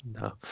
no